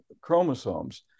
chromosomes